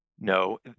No